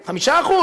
5%,